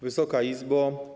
Wysoka Izbo!